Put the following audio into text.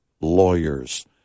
lawyers